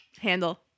handle